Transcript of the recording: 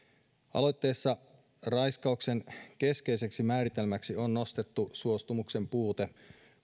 aloitteessa raiskauksen keskeiseksi määritelmäksi on nostettu suostumuksen puute